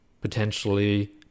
potentially